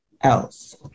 else